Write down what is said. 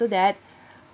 after that